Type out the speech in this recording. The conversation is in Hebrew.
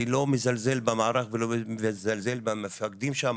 אני לא מזלזל במערך ולא מזלזל במפקדים שם,